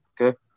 Okay